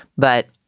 but,